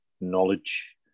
knowledge